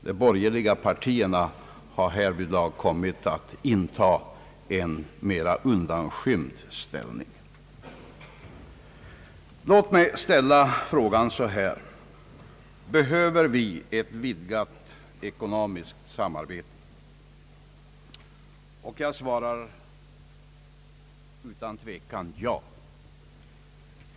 De borgerliga partierna har härvidlag kommit att inta en mera undanskymd ställning. Låt mig ställa frågan så: Behöver vi ett vidgat ekonomiskt samarbete? Jag svarar utan tvekan ja.